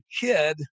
kid